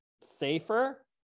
safer